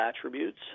attributes